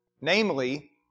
Namely